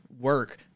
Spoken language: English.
work